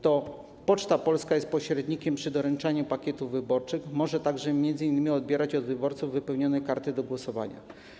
To Poczta Polska jest pośrednikiem przy doręczaniu pakietów wyborczych, może także m.in. odbierać od wyborców wypełnione karty do głosowania.